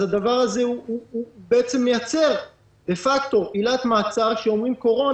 זה בעצם מייצר דה-פקטו עילת מעצר שאומרים קורונה,